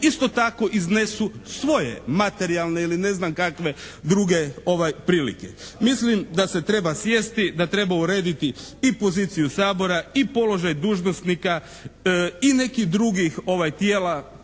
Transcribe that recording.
isto tako iznesu svoje materijalne ili ne znam kakve druge prilike. Mislim da se treba sjesti, da treba urediti i poziciju Sabora i položaj dužnosnika i nekih drugih tijela